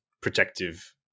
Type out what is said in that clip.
protective